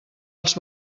els